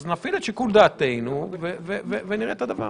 אז נפעיל את שיקול דעתנו ונראה את הדבר.